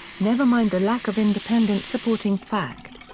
never mind the lack of independent supporting fact.